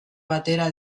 batera